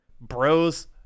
bros